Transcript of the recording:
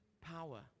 power